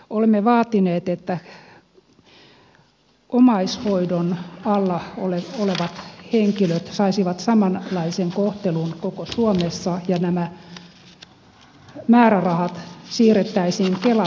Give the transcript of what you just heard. olemme vaatineet että omaishoidon alla olevat henkilöt saisivat samanlaisen kohtelun koko suomessa ja nämä määrärahat siirrettäisiin kelan vastuulle